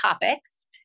topics